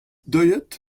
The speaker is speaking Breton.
deuet